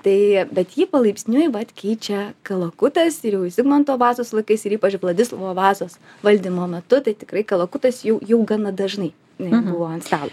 tai bet jį palaipsniui vat keičia kalakutas ir jau zigmanto vazos laikais ir ypač vladislovo vazos valdymo metu tai tikrai kalakutas jau jau gana dažnai irgi buvo ant stalo